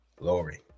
Glory